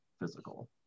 physical